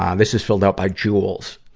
um this is filled out by jules.